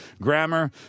Grammar